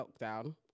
lockdown